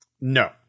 no